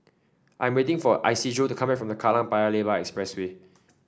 I'm waiting for Isidro to come back from Kallang Paya Lebar Expressway